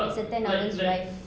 it's a ten hours drive